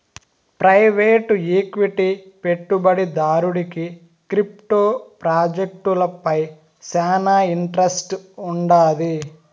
private equity పెట్టుబడిదారుడికి crypto ప్రాజెక్టులపై శానా ఇంట్రెస్ట్ వుండాది